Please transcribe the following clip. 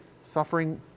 Suffering